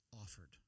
offered